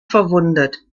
verwundet